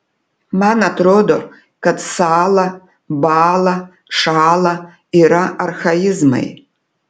man atrodo kad sąla bąla šąla yra archaizmai